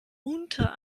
unter